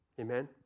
Amen